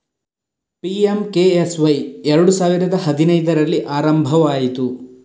PMKSY ಎರಡು ಸಾವಿರದ ಹದಿನೈದರಲ್ಲಿ ಆರಂಭವಾಯಿತು